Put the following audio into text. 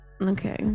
okay